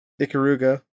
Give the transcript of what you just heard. Ikaruga